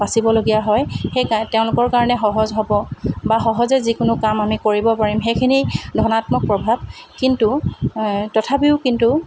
পাচিবলগীয়া হয় সেই তেওঁলোকৰ কাৰণে সহজ হ'ব বা সহজে যিকোনো কাম আমি কৰিব পাৰিম সেইখিনি ধনাত্মক প্ৰভাৱ কিন্তু তথাপিও কিন্তু